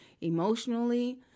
emotionally